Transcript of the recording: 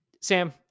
Sam